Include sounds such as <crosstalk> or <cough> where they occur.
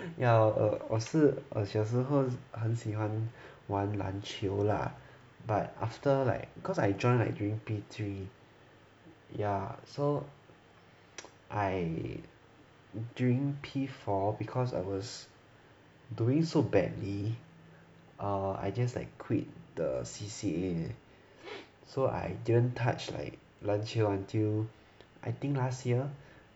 ya 我是小时候很喜欢玩篮球 lah but after like cause I join like during P three ya so <noise> I during P four because I was doing so badly err I just like quit the C_C_A so I didn't touch like 篮球 until I think last year